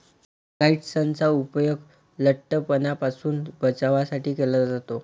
काइट्सनचा उपयोग लठ्ठपणापासून बचावासाठी केला जातो